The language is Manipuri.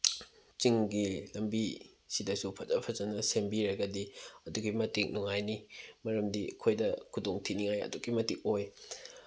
ꯆꯤꯡꯒꯤ ꯂꯝꯕꯤ ꯁꯤꯗꯁꯨ ꯐꯖ ꯐꯖꯅ ꯁꯦꯝꯕꯤꯔꯒꯗꯤ ꯑꯗꯨꯛꯀꯤ ꯃꯇꯤꯛ ꯅꯨꯡꯉꯥꯏꯅꯤ ꯃꯔꯝꯗꯤ ꯑꯩꯈꯣꯏꯗ ꯈꯨꯗꯣꯡ ꯊꯤꯅꯤꯡꯉꯥꯏ ꯑꯗꯨꯛꯀꯤ ꯃꯇꯤꯛ ꯑꯣꯏ